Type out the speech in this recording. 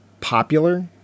popular